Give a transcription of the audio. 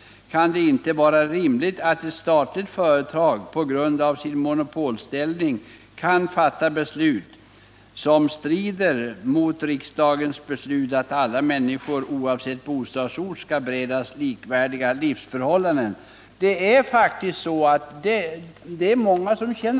Vidare står det: ”Det kan inte vara rimligt att ett statligt företag på grund av sin monopolställning kan fatta beslut som strider mot riksdagens beslut att alla människor oavsett bostadsdort skall beredas likvärdiga livsförhållanden.” Många människor känner faktiskt